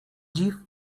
dziw